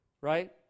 right